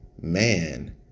man